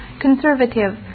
conservative